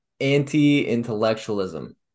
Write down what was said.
anti-intellectualism